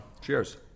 Cheers